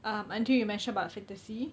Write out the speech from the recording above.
um until you mentioned about fantasy